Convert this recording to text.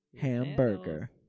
Hamburger